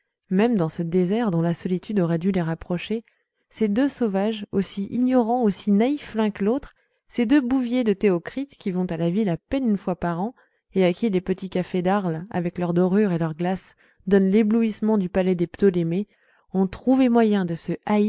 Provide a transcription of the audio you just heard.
même dans ce désert dont la solitude aurait dû les rapprocher ces deux sauvages aussi ignorants aussi naïfs l'un que l'autre ces deux bouviers de théocrite qui vont à la ville à peine une fois par an et à qui les petits cafés d'arles avec leurs dorures et leurs glaces donnent l'éblouissement du palais des ptolémées ont trouvé moyen de se